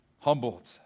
humbled